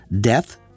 death